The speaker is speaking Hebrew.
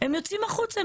הם יוצאים החוצה.